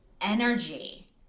energy